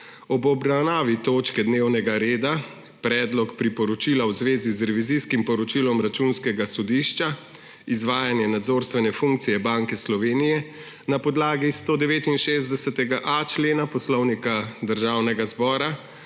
ob obravnavi točke dnevnega reda Predlog priporočila v zvezi z Revizijskim poročilom Računskega sodišča Izvajanje nadzorstvene funkcije Banke Slovenije na podlagi 169.a člena Poslovnika Državnega zbora